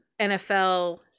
NFL